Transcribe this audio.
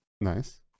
Nice